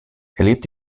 erlebt